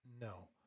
no